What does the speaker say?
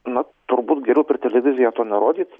na turbūt geriau per televiziją to nerodyt